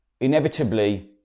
Inevitably